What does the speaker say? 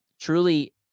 truly